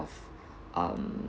of um